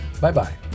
Bye-bye